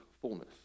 fullness